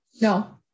no